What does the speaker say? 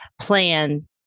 plan